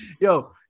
Yo